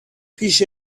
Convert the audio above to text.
پیش